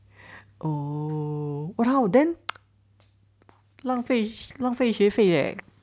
oh what how then 浪费时间浪费学费 leh